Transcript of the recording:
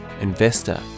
investor